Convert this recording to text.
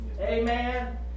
amen